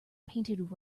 painted